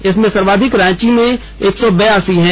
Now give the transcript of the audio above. इसमें सर्वाधिक रांची में एक सौ बिरासी हैं